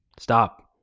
stop.